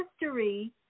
history